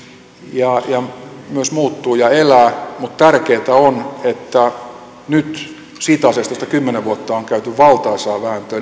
ja myös muuttuu ja elää mutta tärkeätä on että näyttäisi siltä että nyt siinä asiassa josta kymmenen vuotta on on käyty valtaisaa vääntöä